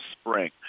spring